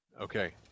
okay